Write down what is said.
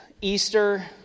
Easter